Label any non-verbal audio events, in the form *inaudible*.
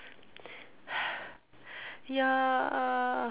*noise* yeah